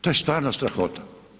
To je stvarno strahota.